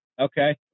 Okay